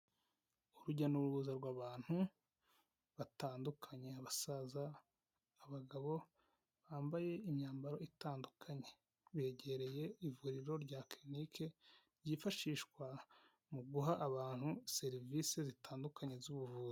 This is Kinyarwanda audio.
Urujya n' uza rw'abantu batandukanye abasaza, abagabo bambaye imyambaro itandukanye, begereye ivuriro rya kirinike ryifashishwa mu guha abantu serivisi zitandukanye z'ubuvuzi.